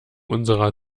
unserer